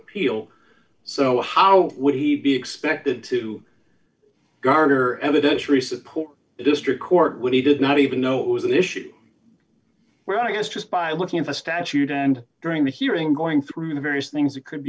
appeal so how would he be expected to garner evidentiary support the district court when he did not even know it was an issue well i guess just by looking at the statute and during the hearing going through the various things that could